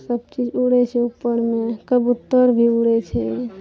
सब चीज उड़ै छै उपरमे कबुत्तर भी उड़ै छै